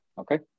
Okay